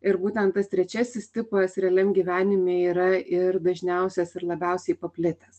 ir būtent tas trečiasis tipas realiam gyvenime yra ir dažniausias ir labiausiai paplitęs